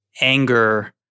anger